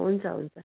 हुन्छ हुन्छ